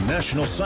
National